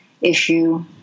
issue